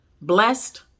Blessed